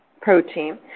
protein